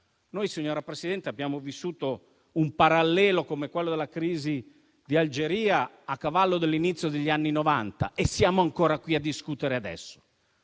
Noi, signora Presidente, abbiamo vissuto un parallelo come quello della crisi di Algeria a cavallo dell'inizio degli anni Novanta. E siamo ancora qui a discutere adesso